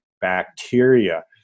bacteria